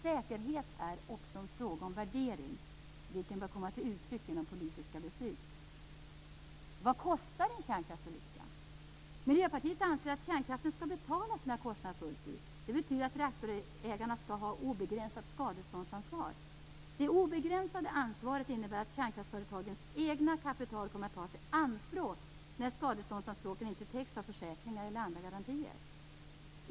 Säkerhet är också en fråga om värdering, vilken bör komma till uttryck genom politiska beslut. Vad kostar en kärnkraftsolycka? Miljöpartiet anser att kärnkraften skall betala sina kostnader fullt ut. Det betyder att reaktorägarna skall ha obegränsat skadeståndsansvar. Det obegränsade ansvaret innebär att kärnkraftsföretagens egna kapital kommer att tas i anspråk när skadeståndsanspråken inte täcks av försäkringar eller andra garantier.